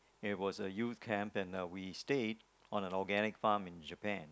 it was a youth camp and uh we stayed on a organic farm in Japan